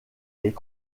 est